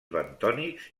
bentònics